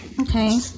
okay